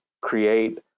create